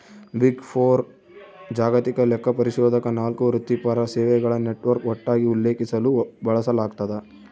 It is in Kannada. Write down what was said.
ಬಿಗ್ ಫೋರ್ ಜಾಗತಿಕ ಲೆಕ್ಕಪರಿಶೋಧಕ ನಾಲ್ಕು ವೃತ್ತಿಪರ ಸೇವೆಗಳ ನೆಟ್ವರ್ಕ್ ಒಟ್ಟಾಗಿ ಉಲ್ಲೇಖಿಸಲು ಬಳಸಲಾಗ್ತದ